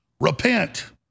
repent